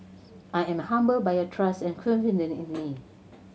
I am humbled by your trust and in me